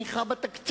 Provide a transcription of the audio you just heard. הרבה יותר קשה.